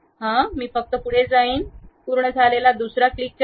मी फक्त पुढे जाईन पूर्ण झालेला दुसरा क्लिक करा